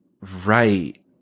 right